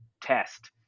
test